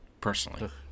personally